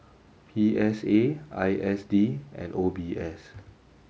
P S A I S D and O B S